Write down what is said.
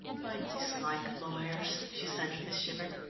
i dislike lawyers, she said with a shiver,